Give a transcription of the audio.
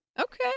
Okay